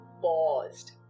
paused